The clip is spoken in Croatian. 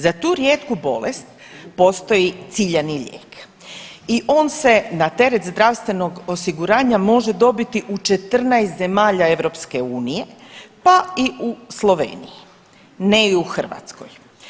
Za tu rijetku bolest postoji ciljani lijek i on se na teret zdravstvenog osiguranja može dobiti u 14 zemalja EU pa i u Sloveniji, ne i u Hrvatskoj.